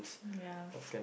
ya